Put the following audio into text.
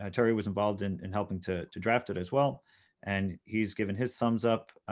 ah terry was involved in and helping to to draft it as well and he's given his thumbs up.